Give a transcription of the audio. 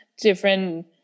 different